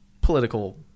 Political